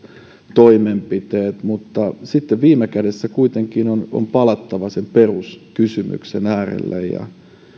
toimenpiteet mutta sitten viime kädessä kuitenkin on on palattava sen peruskysymyksen äärelle